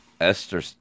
Esther